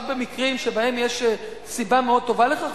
במקרים שבהם יש סיבה מאוד טובה לכך,